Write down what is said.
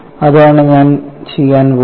അതാണ് ഞാൻ ചെയ്യാൻ പോകുന്നത്